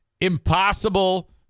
impossible